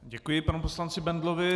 Děkuji panu poslanci Bendlovi.